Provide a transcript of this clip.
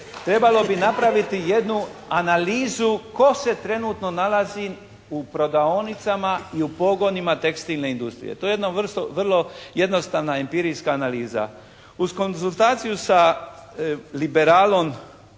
Trebalo bi napraviti jednu analizu tko se trenutno nalazi u prodavaonicama i u pogonima tekstilne industrije. To je jedna vrsta vrlo jednostavna empirijska analiza. Uz konzultaciju sa liberalom